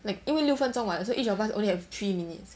like 因为六分钟 [what] so each of us only have three minutes